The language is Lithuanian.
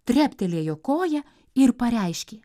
treptelėjo koja ir pareiškė